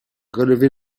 révélé